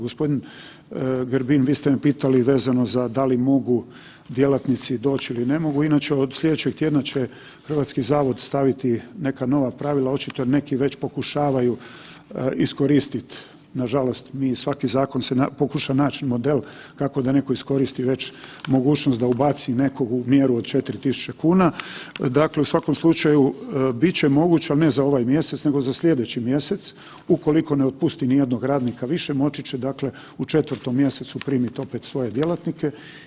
Gospodin Grbin vi ste me pitali vezano za da li mogu djelatnici doć ili ne mogu, inače od sljedećeg tjedna će HZZ staviti neka nova pravila, očito neki već pokušavaju iskoristiti, nažalost svaki zakon se pokuša nać model kako da neko iskoristi već mogućnost da ubaci nekog u mjeru od 4.000 kuna, dakle u svakom slučaju bit će moguće, ali ne za ovaj mjesec nego za sljedeći mjesec ukoliko ne otpusti nijednog radnika više moći će u 4. mjesecu primiti opet svoje djelatnike.